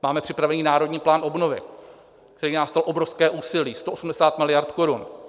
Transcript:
Máme připravený Národní plán obnovy, který nás stál obrovské úsilí, 180 miliard korun.